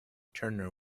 turner